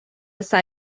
اندازه